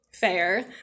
fair